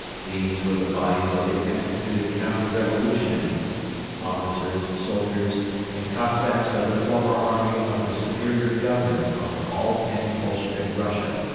these were the bodies of the executed counter-revolutionaries officers, soldiers and cossacks of the former army of the superior governor of all anti-bolshevik russia,